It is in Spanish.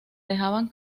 dejaban